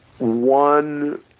one